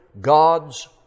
God's